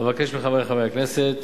אבקש מחברי חברי הכנסת